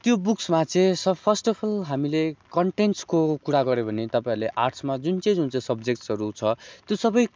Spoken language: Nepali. त्यो बुक्समा चाहिँ स फर्स्ट अफ अल हामीले कन्टेन्सको कुरा गऱ्यो भने तपाईँहरूले आर्ट्समा जुन चाहिँ जुन चाहिँ सब्जेक्ट्सहरू छ त्यो सबै